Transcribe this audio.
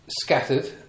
scattered